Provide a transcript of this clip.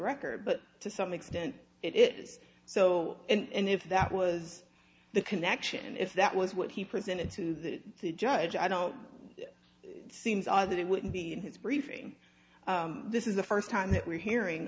record but to some extent it is so and if that was the connection if that was what he presented to the judge i don't it seems odd that it wouldn't be in his briefing this is the first time that we're hearing